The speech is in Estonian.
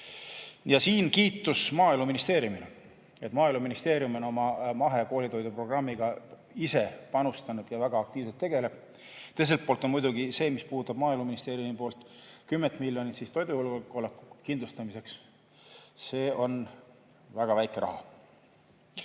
Ja siin kiitus Maaeluministeeriumile. Maaeluministeerium on oma mahekoolitoidu programmiga ise panustanud ja väga aktiivselt tegeleb [selle teemaga]. Teiselt poolt on muidugi see, mis puudutab Maaeluministeeriumi poolt 10 miljonit toidujulgeoleku kindlustamiseks – see on väga väike raha.